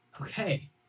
Okay